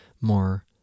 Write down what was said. more